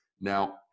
Now